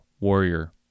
warrior